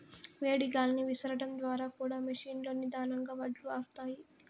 వేడి గాలిని విసరడం ద్వారా కూడా మెషీన్ లో నిదానంగా వడ్లు ఆరుతాయి